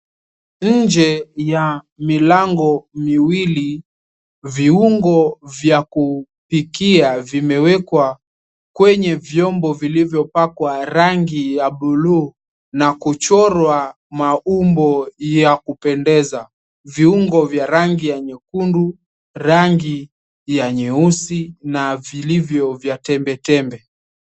Nje ya milango miwili, viungo vya kupikia vimewekwa kwenye vyombo vilivyopakwa rangi ya buluu na kuchorwa maumbo ya kupendeza. Viungo vya rangi ya nyekundu, rangi ya nyeusi na vilivyo vya tembetembe.